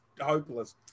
hopeless